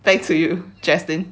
back to you jaslyn